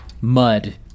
mud